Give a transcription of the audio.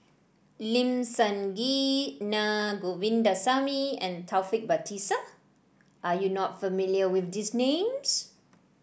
Lim Sun Gee Naa Govindasamy and Taufik Batisah You are not familiar with these names